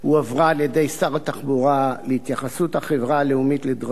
על-ידי שר התחבורה להתייחסות החברה הלאומית לדרכים,